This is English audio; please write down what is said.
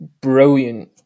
brilliant